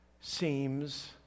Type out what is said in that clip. seems